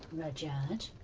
rudyard,